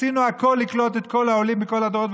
עשינו הכול לקלוט את כל העולים מכל הדורות,